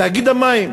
תאגיד המים.